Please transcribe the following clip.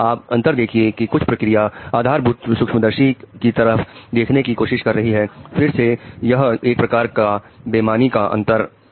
आप अंतर देखिए कि कुछ प्रक्रिया आधारभूत सूक्ष्मदर्शी की तरफ देखने की कोशिश कर रही है फिर से यह एक प्रकार का बेमानी का अंतर है